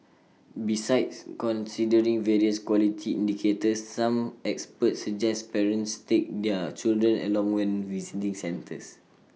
besides considering various quality indicators some experts suggest parents take their children along when visiting centres